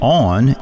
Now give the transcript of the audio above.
on